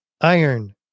iron